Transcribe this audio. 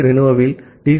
B ரெனோவில் D